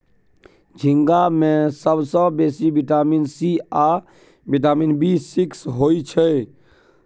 झींगा मे सबसँ बेसी बिटामिन सी आ बिटामिन बी सिक्स होइ छै